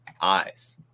eyes